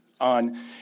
on